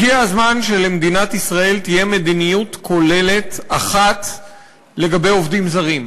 הגיע הזמן שלמדינת ישראל תהיה מדיניות כוללת אחת לגבי עובדים זרים.